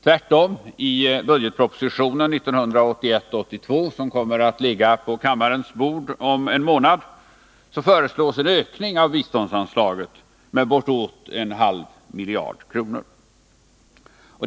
Tvärtom — i budgetpropositionen 1981/82 som kommer att ligga på kammarens bord om en månad föreslås en ökning på biståndsanslaget med bortåt en halv miljard kronor.